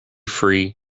free